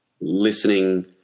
listening